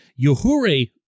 Yohure